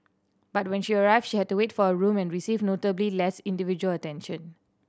but when she arrived she had to wait for a room and received notably less individual attention